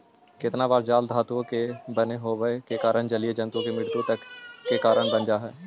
केतना बार जाल धातुओं का बने होवे के कारण जलीय जन्तुओं की मृत्यु तक का कारण बन जा हई